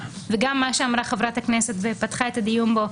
וגם מה שאמרה חברת הכנסת בן ארי ופתחה את הדיון בו,